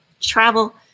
travel